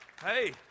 hey